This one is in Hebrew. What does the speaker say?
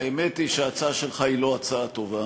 האמת היא שההצעה שלך היא לא הצעה טובה,